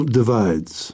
divides